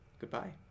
goodbye